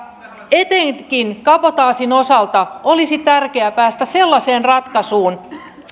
etenkin kabotaasin osalta olisi tärkeää päästä sellaiseen ratkaisuun